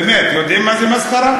באמת, יודעים מה זה מסחרה?